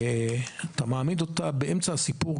אתה מעמיד אותה באמצע הסיפור,